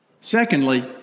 Secondly